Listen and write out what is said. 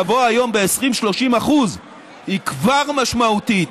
גבוה היום ב-20% 30% היא כבר משמעותית,